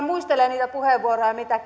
muistelee niitä puheenvuoroja mitä